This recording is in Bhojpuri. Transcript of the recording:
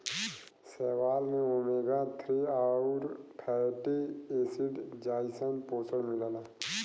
शैवाल में ओमेगा थ्री आउर फैटी एसिड जइसन पोषण मिलला